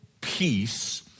peace